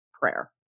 prayer